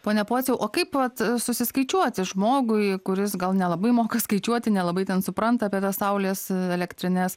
pone pociau o kaip vat susiskaičiuoti žmogui kuris gal nelabai moka skaičiuoti nelabai ten supranta apie tas saulės elektrines